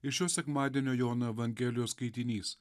ir šio sekmadienio jono evangelijos skaitinys